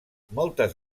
moltes